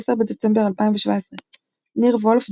10 בדצמבר 2017 ניר וולף,